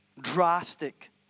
drastic